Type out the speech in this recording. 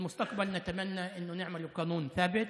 בעתיד אנו מקווים שנהפוך אותו לחוק קבוע.